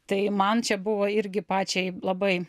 tai man čia buvo irgi pačiai labai